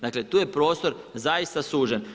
Dakle tu je prostor zaista sužen.